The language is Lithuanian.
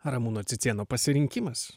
ramūno cicėno pasirinkimas